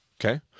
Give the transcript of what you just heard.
Okay